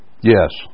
Yes